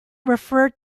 referred